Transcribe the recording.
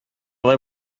алай